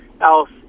else